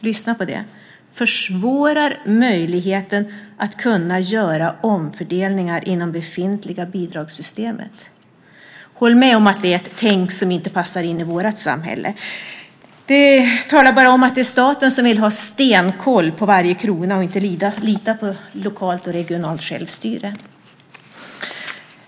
Lyssna till det - försvårar möjligheten att kunna göra omfördelningar inom befintliga bidragssystem! Håll med om att det är ett "tänk" som inte passar in i vårt samhälle. Det talar bara om att staten vill ha stenkoll på varje krona och inte litar på lokalt och regionalt självstyre.